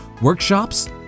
Workshops